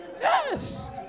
Yes